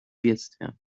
бедствиям